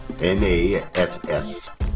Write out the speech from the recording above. NASS